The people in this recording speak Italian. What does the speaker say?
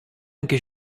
anche